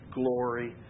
glory